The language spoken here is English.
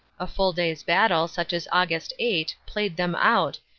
a full day's battle such as aug. eight, played them out,